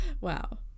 Wow